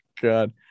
god